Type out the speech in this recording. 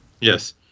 yes